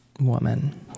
woman